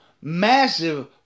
massive